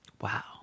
Wow